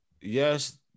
yes